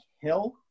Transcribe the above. Hill